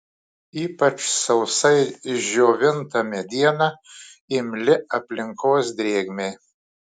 ypač sausai išdžiovinta mediena imli aplinkos drėgmei